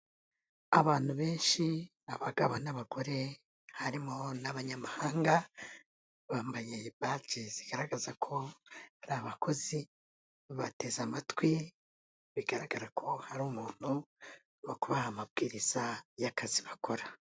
Abantu benshi abagabo n'abagore, harimo n'abanyamahanga, bambaye baji zigaragaza ko ari abakozi, bateze amatwi bigaragara ko hari umuntu, uri kubaha amabwiriza y'akazi bakora.